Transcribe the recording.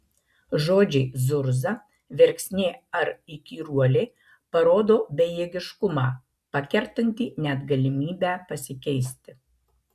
žodžiai zurza verksnė ar įkyruolė parodo bejėgiškumą pakertantį net galimybę pasikeisti